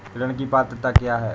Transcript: ऋण की पात्रता क्या है?